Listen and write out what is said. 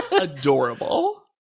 adorable